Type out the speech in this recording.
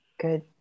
good